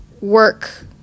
work